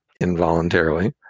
involuntarily